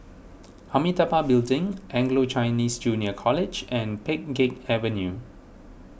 Amitabha Building Anglo Chinese Junior College and Pheng Geck Avenue